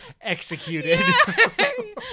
executed